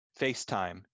FaceTime